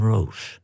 Rose